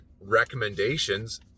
recommendations